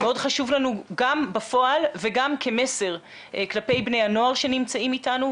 מאוד חשוב לנו גם בפועל וגם כמסר כלפי בני הנוער שנמצאים איתנו,